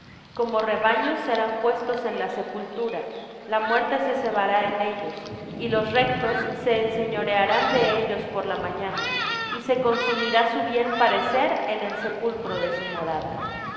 como rebaños serán puestos en la sepultura la muerte se cebará en ellos y los rectos se enseñorearán de ellos por la mañana y se consumirá su bien parecer en el sepulcro de su morada